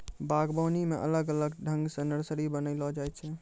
बागवानी मे अलग अलग ठंग से नर्सरी बनाइलो जाय छै